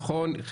נכון,